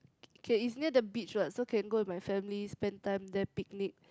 okay it's near the beach [what] so can go with my family spend time there picnic